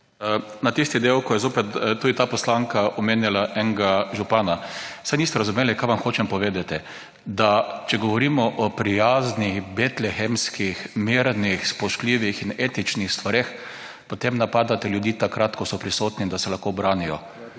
Na tisti del, ko je zopet tudi ta poslanka omenjala enega župana. Saj niste razumeli, kaj vam hočem povedati, da če govorimo o prijaznih, betlehemskih, mirnih, spoštljivih in etičnih stvareh, potem napadajte ljudi takrat, ko so prisotni, da se lahko branijo.